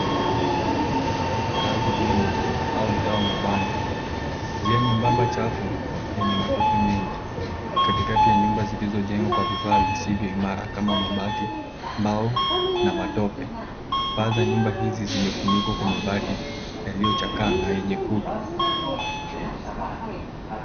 Makazi duni au mtaa wa mabanda. Njia nyembamba chafu, yenye matope mengi. Katikati ya nyumba zilizojengwa kwa vifaa visivyoimara kama mabati, mbao na matope. Paa za nyumba hizi zimefunikwa kwa mabati yaliyochakaa na yenye kutu.